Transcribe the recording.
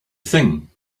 thing